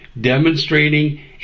demonstrating